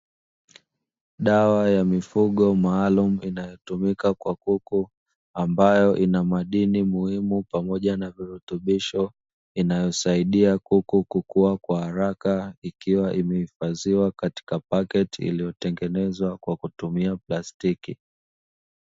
Dawa ya mifugo maalumu inayotumika kwa kuku ambayo ina madini muhimu pamoja na virutubisho inayosaidia kuku kukua kwa haraka, ikiwa imehifadhiwa katika pakiti iliyotengenezwa kwa kutumia plastiki.